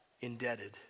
indebted